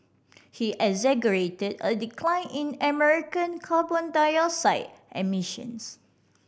he exaggerated a decline in American carbon dioxide emissions